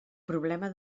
problema